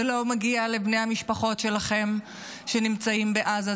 זה לא מגיע לבני המשפחות שלכם שנמצאים בעזה,